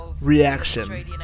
...reaction